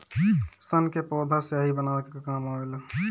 सन के पौधा स्याही बनावे के काम आवेला